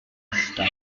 vista